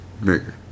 Nigga